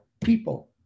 people